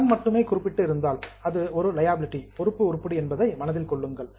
கடன் மட்டுமே குறிப்பிட்டு இருந்தால் அது ஒரு லியாபிலிடி பொறுப்பு உருப்படி என்பதை மனதில் கொள்ளுங்கள்